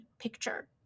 picture